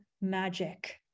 magic